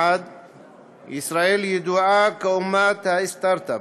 מחד גיסא, ישראל ידועה כאומת הסטרטאפ,